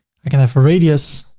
i can have a radius,